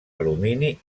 alumini